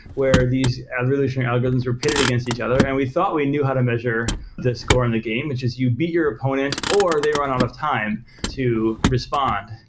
where these relational algorithms are pitted against each other and we thought we know how to measure the score in a game, which is you beat your opponent or they run out of time to respond,